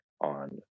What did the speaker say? on